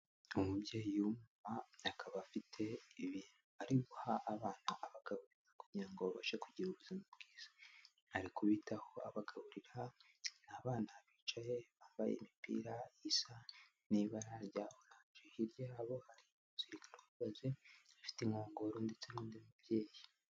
Umubyeyi w'umumama akaba afite ibintu ari guha abana abagaburira kugira ngo babashe kugira ubuzima bwiza. Ari kubitaho abagaburira. Ni abana bicaye bambaye imipira isa n'ibara rya orange, hirya yabo hari umusirikare uhagaze ufite inkongoro ndetse n'undi mubyeyi.